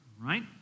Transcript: right